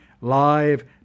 live